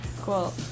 Cool